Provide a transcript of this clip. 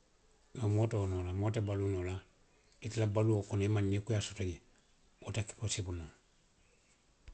Noŋ moo te wo noo la. Moo te baluu noo la, ite la baluo kono i maŋ nii kuyaa soto jee. Wo te posibili noo la.